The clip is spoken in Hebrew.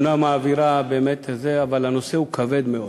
אומנם האווירה, באמת, אבל הנושא הוא כבד מאוד.